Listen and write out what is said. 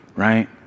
right